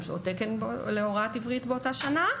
שעות תקן להוראת עברית באותה השנה.